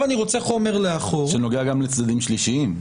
אני רוצה חומר לאחור --- שנוגע גם לצדדים שלישיים.